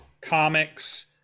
comics